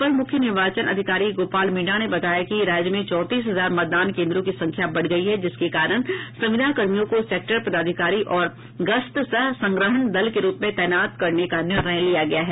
अपर मुख्य निर्वाचन अधिकारी गोपाल मीणा ने बताया कि राज्य में चौंतीस हजार मतदान केन्द्रों की संख्या बढ़ गयी है जिसके कारण संविदा कर्मियों को सेक्टर पदाधिकारी और गश्त सह संग्रहण दल के रूप में तैनात करने का निर्णय लिया गया है